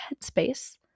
headspace